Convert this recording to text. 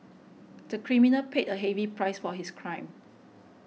the criminal paid a heavy price for his crime